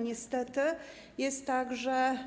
Niestety jest także